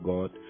God